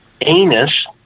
anus